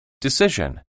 Decision